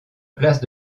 place